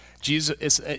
Jesus